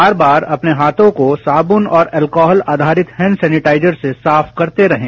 बार बार अपने हाथों को साबुन और एल्कोहल आधारित हैंड सैनेटाइजर से साफ करते रहें